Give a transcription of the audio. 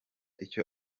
icyo